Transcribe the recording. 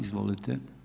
Izvolite.